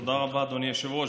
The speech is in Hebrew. תודה רבה, אדוני היושב-ראש.